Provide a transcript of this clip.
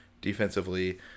defensively